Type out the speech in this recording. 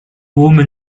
woman